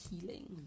healing